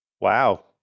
Wow